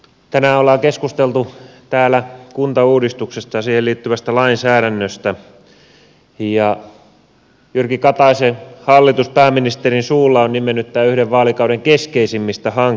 tänään ollaan keskusteltu täällä kuntauudistuksesta ja siihen liittyvästä lainsäädännöstä ja jyrki kataisen hallitus pääministerin suulla on nimennyt tämän yhdeksi vaalikauden keskeisimmistä hankkeista